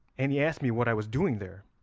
and he asked me what i was doing there,